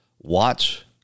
watch